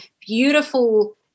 beautiful